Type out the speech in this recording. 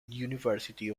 university